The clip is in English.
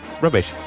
rubbish